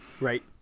right